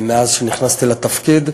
מאז שנכנסתי לתפקיד.